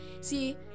See